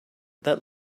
that